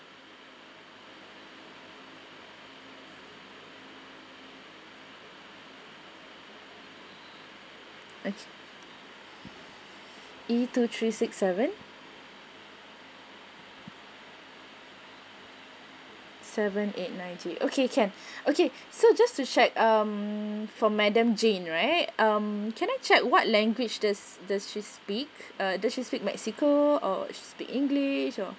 E two three six seven seven eight ninety okay can okay so just to check um for madam jane right um can I check what language does does she speak uh does she speak mexico or speak english or